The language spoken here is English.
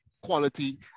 quality